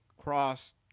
cross